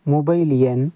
mobile எண்